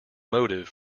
motive